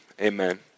amen